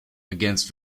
against